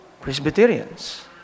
Presbyterians